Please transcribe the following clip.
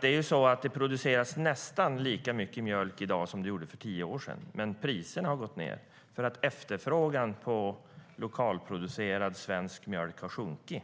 Det produceras nästan lika mycket mjölk i dag som för tio år sedan, men priserna har gått ned, för efterfrågan på lokalt producerad svensk mjölk har sjunkit.